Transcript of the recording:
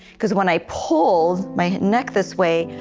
because when i pulled my neck this way,